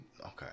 okay